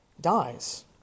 dies